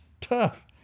tough